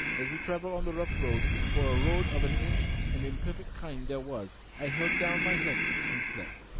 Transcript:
as we travel on the rough road, for a road of an ancient and imperfect kind there was, i held down my head and slept.